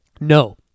No